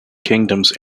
kingdoms